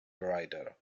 rider